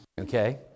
Okay